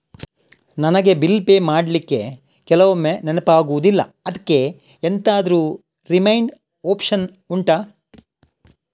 ನನಗೆ bill pay ಮಾಡ್ಲಿಕ್ಕೆ ಕೆಲವೊಮ್ಮೆ ನೆನಪಾಗುದಿಲ್ಲ ಅದ್ಕೆ ಎಂತಾದ್ರೂ ರಿಮೈಂಡ್ ಒಪ್ಶನ್ ಉಂಟಾ